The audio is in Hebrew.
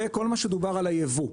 גם כל מה שדובר על הייבוא,